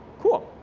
cool.